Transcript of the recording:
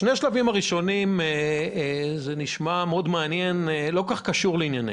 שני השלבים הראשונים נשמעים מאוד מעניינים אבל